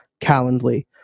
Calendly